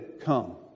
come